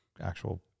actual